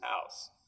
house